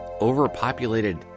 overpopulated